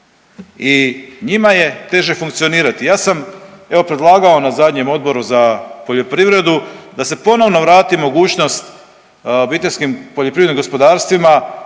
i njima je teže funkcionirati. Ja sam evo predlagao na zadnjem Odboru za poljoprivredu da se ponovno vrati mogućnost OPG-ovima da kupuju polovne